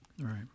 Right